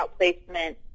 outplacement